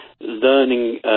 learning